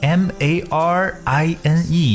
marine